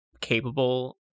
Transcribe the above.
capable